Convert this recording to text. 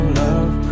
love